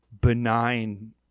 benign